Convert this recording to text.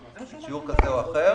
שיעור כזה או אחר.